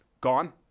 gone